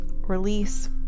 release